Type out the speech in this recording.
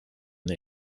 the